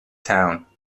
town